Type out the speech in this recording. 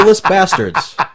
bastards